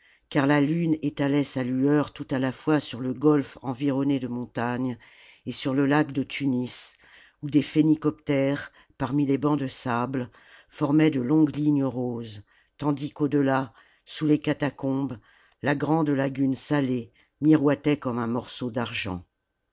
car la lune étalait sa lueur tout à la fois sur le golfe environné de montagnes et sur le lac de tunis où des phénicoptères parmi les bancs de sable formaient de longues lignes roses tandis qu'au delà sous les catacombes la grande lagune salée miroitait comme un morceau d'argent